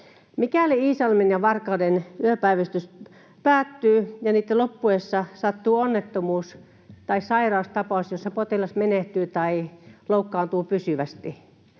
Mikäli Iisalmen ja Varkauden yöpäivystys päättyy ja niitten loppuessa sattuu onnettomuus tai sairaustapaus, jossa potilas menehtyy tai loukkaantuu pysyvästi,